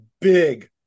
big